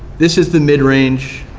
this is the mid range,